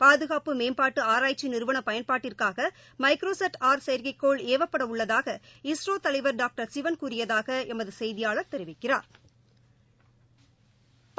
பாதுகாப்பு மேம்பாட்டு ஆராய்ச்சி நிறுவன பயன்பாட்டிற்காக மைக்ரோசாட் ஆர் செயற்கைகோள் ஏவப்பட உள்ளதாக இஸ்ரோ தலைவர் டாக்டர் சிவன் கூறியதாக எமது செய்தியாளர் தெரிவிக்கிறாா்